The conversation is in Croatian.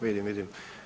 Vidim, vidim.